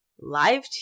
live